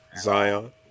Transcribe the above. Zion